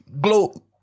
Glow